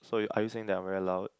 so you are you saying that I'm very loud